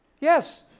Yes